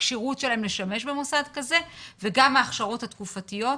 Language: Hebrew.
הכשירות שלהם לשמש במוסד כזה וגם ההכשרות התקופתיות,